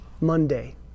Monday